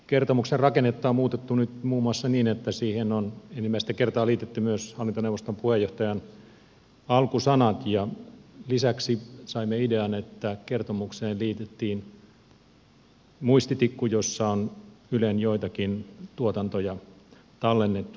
kertomuksen rakennetta on muutettu nyt muun muassa niin että siihen on ensimmäistä kertaa liitetty myös hallintoneuvoston puheenjohtajan alkusanat ja lisäksi saimme idean että kertomukseen liitettiin muistitikku jossa on ylen joitakin tuotantoja tallennettuna